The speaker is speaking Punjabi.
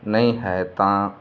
ਨਹੀਂ ਹੈ ਤਾਂ